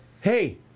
Hey